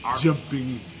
jumping